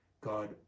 God